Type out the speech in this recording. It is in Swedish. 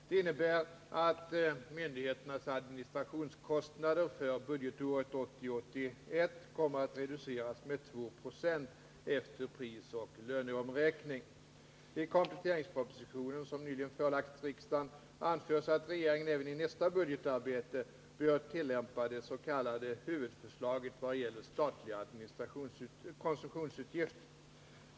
Det innebär att myndigheternas administrationskostnader för budgetåret 1980/81 kommer att reduceras med 296 efter prisoch löneomräkning. I kompletteringspropositionen som nyligen förelagts riksdagen anförs att regeringen även i nästa budgetarbete bör tillämpa det s.k. huvudförslaget vad gäller statliga konsumtionsutgifter.